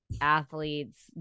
athletes